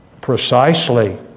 Precisely